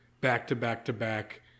back-to-back-to-back